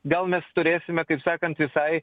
gal mes turėsime kaip sakant visai